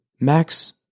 Max